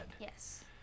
Yes